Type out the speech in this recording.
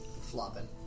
flopping